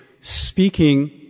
speaking